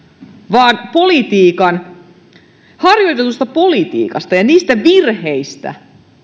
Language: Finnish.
vaan harjoitetusta politiikasta ja niistä virheistä